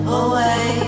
away